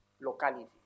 locality